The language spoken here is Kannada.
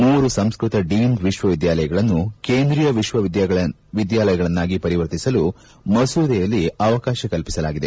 ಮೂರು ಸಂಸ್ನತ ಡೀಮ್ಡ್ ವಿಶ್ವವಿದ್ಯಾಲಯಗಳನ್ನು ಕೇಂದ್ರೀಯ ವಿಶ್ವವಿದ್ಯಾಲಯಗಳನ್ನಾಗಿ ಪರಿವರ್ತಿಸಲು ಮಸೂದೆಯಲ್ಲಿ ಅವಕಾಶ ಕಲ್ಲಿಸಲಾಗಿದೆ